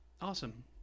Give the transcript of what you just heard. awesome